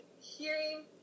hearing